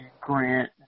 Grant